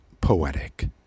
poetic